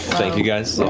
thank you guys.